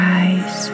eyes